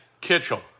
Kitchell